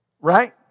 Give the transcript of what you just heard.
right